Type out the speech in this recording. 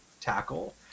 tackle